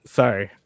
sorry